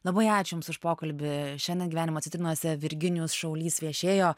labai ačiū jums už pokalbį šiandien gyvenimo citrinose virginijus šaulys viešėjo